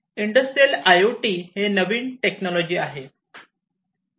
industrial I O T हे नवीन technology आहे